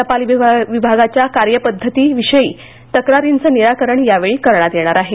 टपाल विभागाच्या कार्यपद्धती विषयीच्या तक्रारींचं निराकरण यावेळी करण्यात येईल